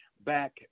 back